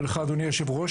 ולך אדוני היושב-ראש,